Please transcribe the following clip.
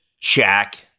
Shaq